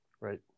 Right